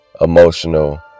emotional